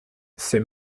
c’est